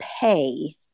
pay